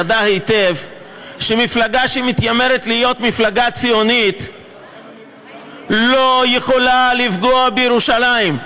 ידעה היטב שמפלגה שמתיימרת להיות מפלגה ציונית לא יכולה לפגוע בירושלים.